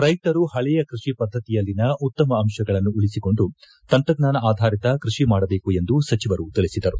ರೈತರು ಹಳಿಯ ಕೃಷಿ ಪದ್ಧತಿಯಲ್ಲಿನ ಉತ್ತಮ ಅಂಶಗಳನ್ನು ಉಳಿಸಿಕೊಂಡು ತಂತ್ರಜ್ಞಾನ ಅಧಾರಿತ ಕೃಷಿ ಮಾದಬೇಕು ಎಂದು ಸಚಿವರು ತಿಳಿಸಿದರು